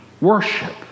worship